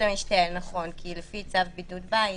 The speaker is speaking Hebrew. נכון, כי לפי צו בידוד בית,